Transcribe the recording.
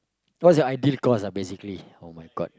what's your ideal course lah basically [oh]-my-god